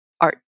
art